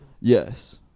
Yes